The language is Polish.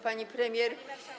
Pani Premier!